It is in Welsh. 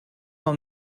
ond